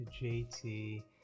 jt